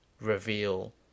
reveal